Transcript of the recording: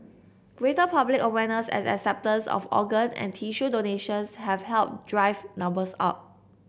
greater public awareness and acceptance of organ and tissue donations have helped drive numbers up